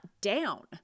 down